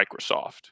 Microsoft